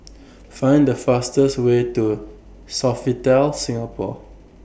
Find The fastest Way to Sofitel Singapore